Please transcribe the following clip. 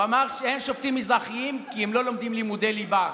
הוא אמר שאין שופטים מזרחים כי הם לא לומדים לימודי ליבה.